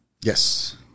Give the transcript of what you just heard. Yes